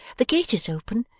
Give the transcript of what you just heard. the gate is open.